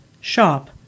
shop